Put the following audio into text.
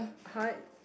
!huh! you